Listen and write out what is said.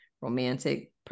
romantic